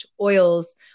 oils